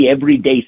everyday